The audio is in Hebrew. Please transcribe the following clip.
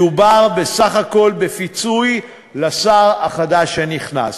מדובר בסך הכול בפיצוי לשר החדש שנכנס.